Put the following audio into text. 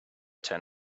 ten